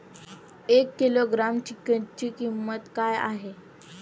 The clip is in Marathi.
एक किलोग्रॅम चिकनची किंमत काय आहे?